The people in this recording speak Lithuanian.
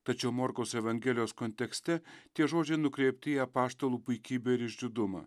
tačiau morkaus evangelijos kontekste tie žodžiai nukreipti į apaštalų puikybę ir išdidumą